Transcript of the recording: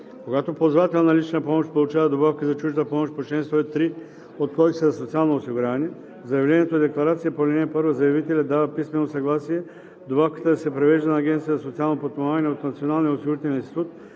Когато ползвател на лична помощ получава добавка за чужда помощ по чл. 103 от Кодекса за социално осигуряване, в заявлението-декларация по ал. 1 заявителят дава писмено съгласие добавката да се превежда на Агенцията за социално подпомагане от Националния осигурителен институт